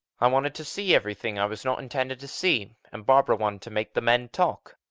i wanted to see everything i was not intended to see and barbara wanted to make the men talk.